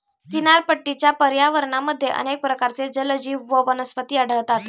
किनारपट्टीच्या पर्यावरणामध्ये अनेक प्रकारचे जलजीव व वनस्पती आढळतात